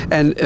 en